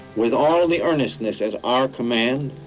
with all the earnestness at our command,